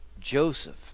Joseph